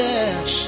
Yes